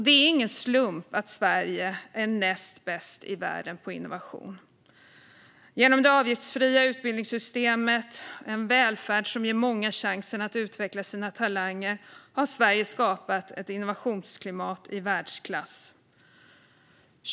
Det är ingen slump att Sverige är näst bäst i världen på innovation. Genom det avgiftsfria utbildningssystemet och en välfärd som ger många chansen att utveckla sina talanger har Sverige skapat ett innovationsklimat i världsklass.